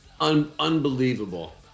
Unbelievable